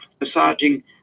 massaging